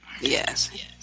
yes